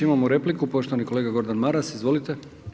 Imamo repliku, poštovani kolega Gordan Maras, izvolite.